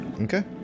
okay